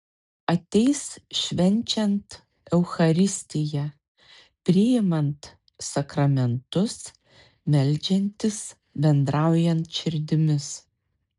ateis švenčiant eucharistiją priimant sakramentus meldžiantis bendraujant širdimis